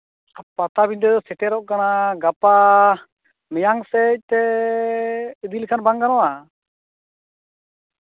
ᱯᱟᱴᱟᱵᱤᱰᱟᱹ ᱥᱮᱴᱮᱨᱚᱜ ᱠᱟᱱᱟ ᱜᱟᱯᱟ ᱢᱮᱭᱟᱝ ᱥᱮᱫᱛᱮ ᱤᱫᱤ ᱞᱮᱠᱷᱟᱱ ᱵᱟᱝ ᱜᱟᱱᱚᱜᱼᱟ